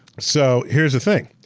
so, here's the thing.